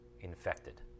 infected